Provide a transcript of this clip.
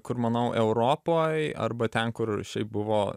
kur manau europoj arba ten kur šiaip buvo